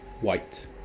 white